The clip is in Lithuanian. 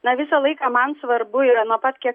na visą laiką man svarbu yra nuo pat kiek